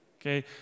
Okay